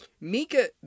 Mika